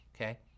okay